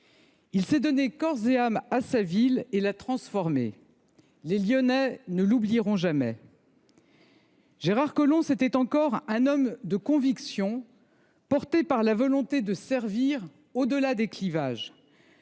Il s’est donné corps et âme à sa ville et l’a transformée. Les Lyonnais ne l’oublieront jamais. Gérard Collomb, c’était encore un homme de conviction, porté par la volonté de servir au delà des clivages,